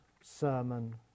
sermon